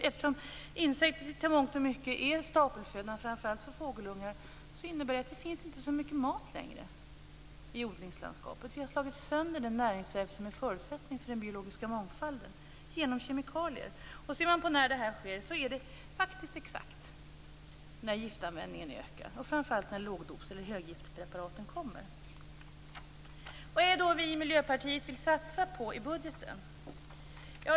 Eftersom insekter i mångt och mycket är stapelfödan, framför allt för fågelungar, innebär det att det inte finns så mycket mat längre i odlingslandskapet. Vi har genom kemikalier slagit sönder den näringsväv som är förutsättningen för den biologiska mångfalden. Ser man på när det här sker, är det faktiskt exakt när giftanvändningen ökar och framför allt när lågdos eller höggiftspreparaten kommer. Vad är det då vi i Miljöpartiet vill satsa på i budgeten?